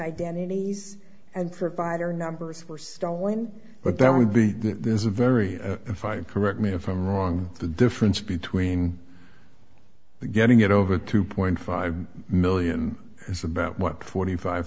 identities and provider numbers were stolen but that would be that there's a very fine correct me if i'm wrong the difference between the getting it over two point five million is about what twenty five